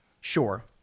Sure